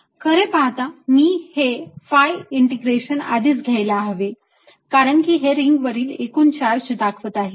खरे पाहता मी हे phi इंटिग्रेशन आधीच घ्यायला हवे कारण की हे रिंग वरील एकूण चार्ज दाखवत आहे